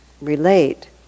relate